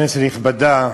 כנסת נכבדה,